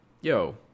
yo